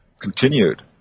continued